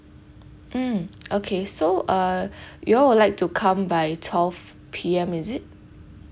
mm okay so uh you all would like to come by twelve P_M is it